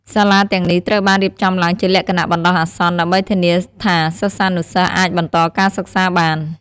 សាលាទាំងនេះត្រូវបានរៀបចំឡើងជាលក្ខណៈបណ្តោះអាសន្ន ដើម្បីធានាថាសិស្សានុសិស្សអាចបន្តការសិក្សាបាន។